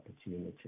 opportunity